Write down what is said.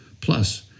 Plus